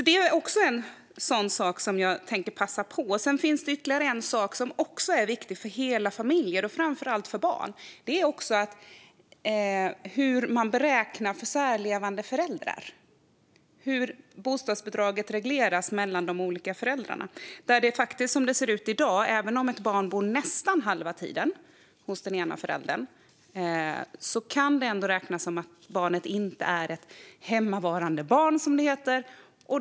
Det var en sådan sak som jag ville passa på att ta upp. Ytterligare en sak som är viktig för hela familjer, och framför allt för barn, är hur bostadsbidraget regleras mellan särlevande föräldrar. Som det ser ut i dag kan det, även om ett barn bor nästan halva tiden hos den ena föräldern, räknas som att barnet inte är ett hemmavarande barn, som det heter.